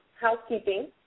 housekeeping